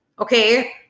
okay